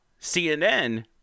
CNN